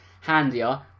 handier